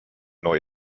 neu